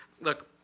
look